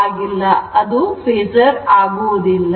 ಹಾಗಾಗಿ ಅದು ಫೇಸರ್ ಆಗುವುದಿಲ್ಲ